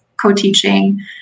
co-teaching